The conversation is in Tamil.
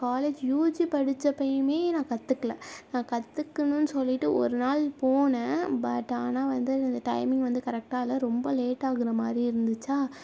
காலேஜ் யூஜி படிச்சப்பயுமே நான் கற்றுக்கல நான் கற்றுக்கணுன்னு சொல்லிட்டு ஒரு நாள் போனேன் பட் ஆனால் வந்து எனக்கு அந்த டைமிங் வந்து கரெக்ட்டாக இல்லை ரொம்ப லேட் ஆகுற மாதிரி இருந்துச்சா